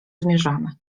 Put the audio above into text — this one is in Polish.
zmierzamy